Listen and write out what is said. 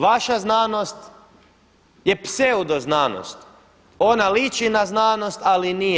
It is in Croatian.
Vaša znanost je pseudo znanost, ona liči na znanost ali nije.